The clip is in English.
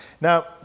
Now